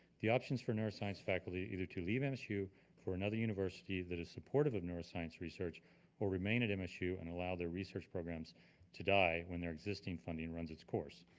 the options for neuroscience faculty either to leave and msu for another university that is supportive of neuroscience research or remain at msu and allow their research program to die when their existing fundings runs its course.